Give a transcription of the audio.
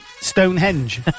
Stonehenge